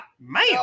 Man